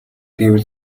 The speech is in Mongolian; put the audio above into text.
гэвэл